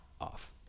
off